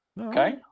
okay